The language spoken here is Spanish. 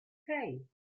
hey